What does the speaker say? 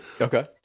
Okay